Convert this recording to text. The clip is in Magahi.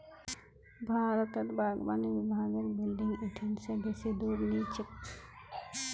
भारतत बागवानी विभागेर बिल्डिंग इ ठिन से बेसी दूर नी छेक